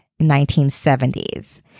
1970s